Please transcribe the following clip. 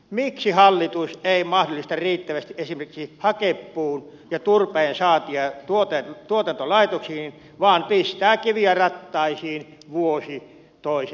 miksi hallitus ei mahdollista riittävästi esimerkiksi hakepuun ja turpeen saantia tuotantolaitoksiin vaan pistää kiviä rattaisiin vuosi toisensa jälkeen